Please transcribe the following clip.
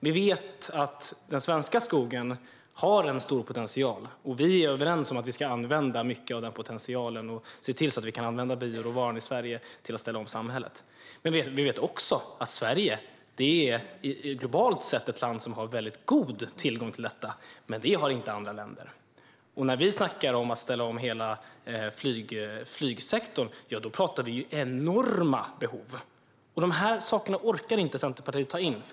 Vi vet att den svenska skogen har en stor potential, och vi är överens om att vi ska använda mycket av denna potential och se till att vi kan använda bioråvaran i Sverige till att ställa om samhället. Vi vet också att Sverige globalt sett är ett land som har väldigt god tillgång till detta, men det har inte andra länder. När vi snackar om att ställa om hela flygsektorn pratar vi om enorma behov. Dessa saker orkar inte Centerpartiet ta in.